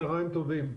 צוהריים טובים,